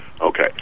Okay